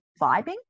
vibing